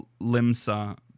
Limsa